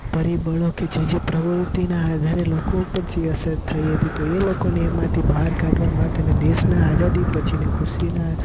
પરિબળો કે જે જે પ્રવૃતિના આધારે લોકો ઉપર જે અસર થઈ હતી તો એ લોકોની એમાંથી બહાર કાઢવા માટેને દેશના આઝાદી પછીની ખુશીના